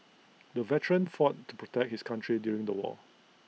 the veteran fought to protect his country during the war